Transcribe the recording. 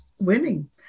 winning